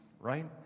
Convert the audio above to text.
right